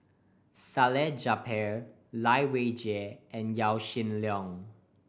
Salleh Japar Lai Weijie and Yaw Shin Leong